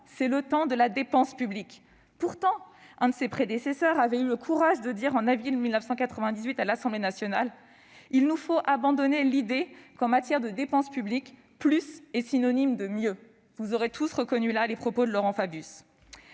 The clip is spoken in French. C'est le temps de la dépense publique. » Un de ses prédécesseurs avait pourtant eu le courage de dire, en avril 1998, à l'Assemblée nationale :« Il nous faut abandonner l'idée qu'en matière de dépenses publiques, " plus " est synonyme de " mieux ".» Vous aurez tous reconnu là les propos de Laurent Fabius